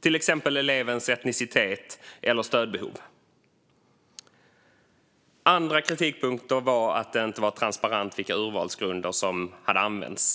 Det gäller till exempel elevens etnicitet eller stödbehov. Andra kritikpunkter var att det inte var transparent vilka urvalsgrunder som hade använts.